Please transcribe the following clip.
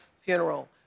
funeral